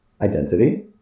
identity